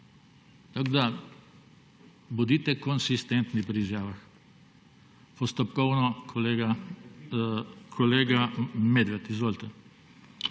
Bodite konsistentni pri izjavah. Postopkovno, kolega Medved. Izvolite.